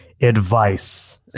advice